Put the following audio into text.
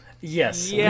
Yes